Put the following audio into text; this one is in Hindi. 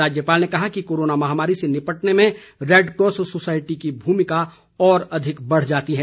राज्यपाल ने कहा कि कोरोना महामारी से निपटने में रैडक्रॉस सोसायटी की भूमिका और अधिक बढ़ जाती है